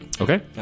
Okay